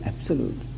absolute